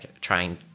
trying